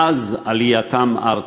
מאז עלייתם ארצה.